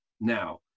now